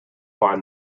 find